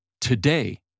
today